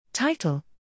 Title